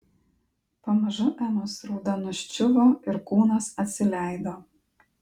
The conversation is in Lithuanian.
pamažu emos rauda nuščiuvo ir kūnas atsileido